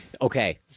Okay